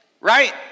Right